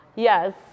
Yes